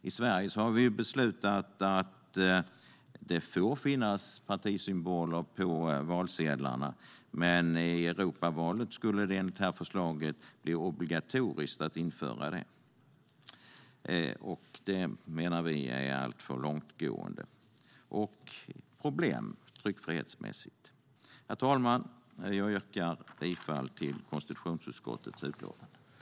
I Sverige har vi beslutat att det får finnas partisymboler på valsedlarna, men i Europavalet skulle det enligt förslaget bli obligatoriskt. Det menar vi är alltför långtgående. Det ger problem tryckfrihetsmässigt. Herr talman! Jag yrkar bifall till förslaget i konstitutionsutskottets utlåtande. Subsidiaritetsprövning av EU-förslag